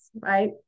right